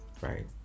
right